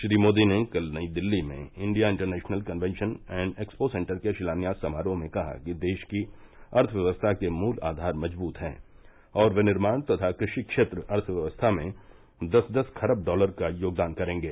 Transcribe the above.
श्री मोदी ने कल नई दिल्ली में India International Convention and Expo Centre के शिलान्यास समारोह में कहा कि देश की अर्थव्यवस्था के मूल आधार मजबूत हैं और विनिर्माण तथा कृषि क्षेत्र अर्थव्यवस्था में दस दस खरब डॉलर का योगदान करेंगे